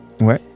Ouais